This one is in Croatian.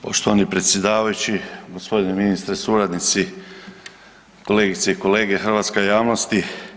Poštovani predsjedavajući, g. ministre, suradnici, kolegice i kolege, hrvatska javnosti.